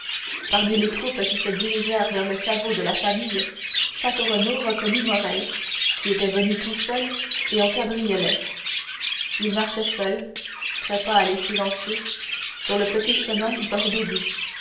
parmi les groupes qui se dirigèrent vers le caveau de famille château renaud reconnut morrel qui était venu tout seul et en cabriolet il marchait seul très pâle et silencieux sur le petit chemin bordé d'ifs